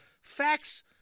facts